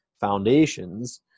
foundations